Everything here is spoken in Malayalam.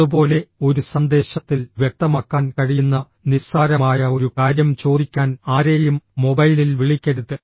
അതുപോലെ ഒരു സന്ദേശത്തിൽ വ്യക്തമാക്കാൻ കഴിയുന്ന നിസ്സാരമായ ഒരു കാര്യം ചോദിക്കാൻ ആരെയും മൊബൈലിൽ വിളിക്കരുത്